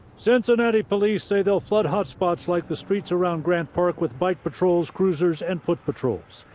cincinnati police say they'll flood hot spots like the streets around grant park with bike patrols, cruisers and foot patrols.